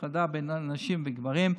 הפרדה בין נשים לגברים,